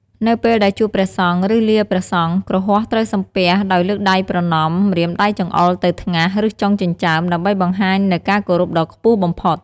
នៅពេលដែលជួបព្រះសង្ឃ ឬលាព្រះសង្ឃ គ្រហស្ថត្រូវសំពះដោយលើកដៃប្រណម្យ ម្រាមដៃចង្អុលទៅថ្ងាស ឬចុងចិញ្ចើម ដើម្បីបង្ហាញនូវការគោរពដ៏ខ្ពស់បំផុត។